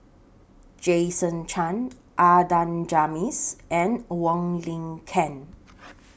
Jason Chan Adan Jimenez and Wong Lin Ken